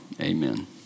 amen